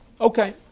Okay